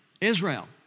Israel